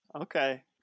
Okay